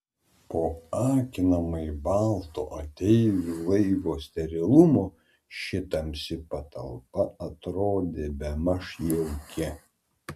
po akinamai balto ateivių laivo sterilumo ši tamsi patalpa atrodė bemaž jauki